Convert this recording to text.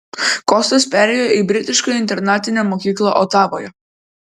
kostas perėjo į britišką internatinę mokyklą otavoje